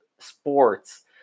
sports